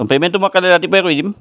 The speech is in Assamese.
অঁ পে'মেণ্টটো মই কাইলৈ ৰাতিপুৱাই কৰি দিম